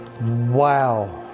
wow